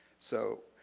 so